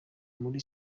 muri